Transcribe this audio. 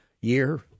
year